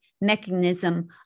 mechanism